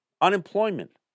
unemployment